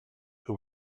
who